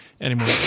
anymore